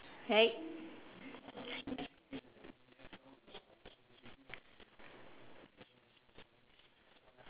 right